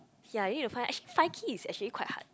yea you need to find actually find key is actually quite hard